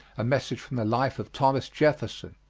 a message from the life of thomas jefferson.